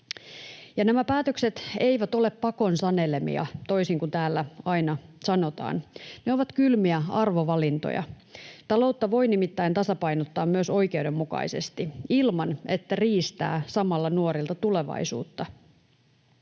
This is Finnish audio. Nämä päätökset eivät ole pakon sanelemia, toisin kuin täällä aina sanotaan. Ne ovat kylmiä arvovalintoja. Taloutta voi nimittäin tasapainottaa myös oikeudenmukaisesti, ilman että riistää samalla nuorilta tulevaisuutta.